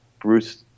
Bruce